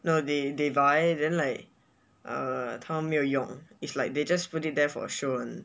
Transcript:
no they they buy then like uh 他们没有用 is like they just put it there for show only